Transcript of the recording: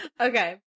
okay